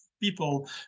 People